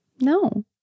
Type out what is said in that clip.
No